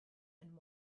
and